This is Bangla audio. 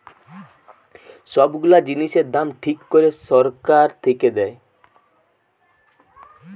সব গুলা জিনিসের দাম ঠিক করে সরকার থেকে দেয়